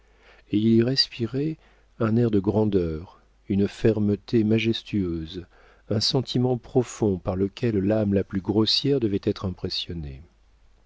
et il y respirait un air de grandeur une fermeté majestueuse un sentiment profond par lequel l'âme la plus grossière devait être impressionnée